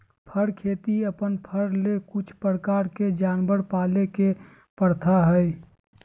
फर खेती अपन फर ले कुछ प्रकार के जानवर पाले के प्रथा हइ